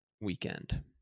weekend